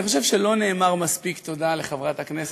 אני חושב שלא נאמרה מספיק תודה לחברת הכנסת,